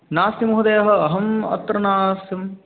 नास्ति महोदयः अहम् अत्र नासं